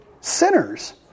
sinners